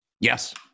Yes